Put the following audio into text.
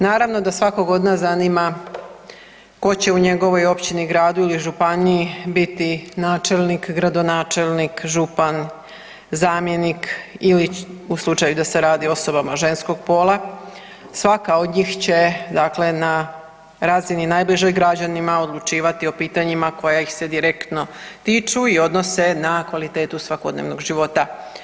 Naravno da svakog od nas zanima tko će u njegovoj općini, gradu ili županiji biti načelnik, gradonačelnik, župan, zamjenik ili u slučaju da se radi o osobama ženskog pola svaka od njih će dakle na razini najbližoj građanima odlučivati o pitanjima koja ih se direktno tiču i odnose na kvalitetu svakodnevnog života.